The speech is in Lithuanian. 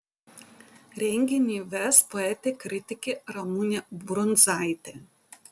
renginį ves poetė kritikė ramunė brundzaitė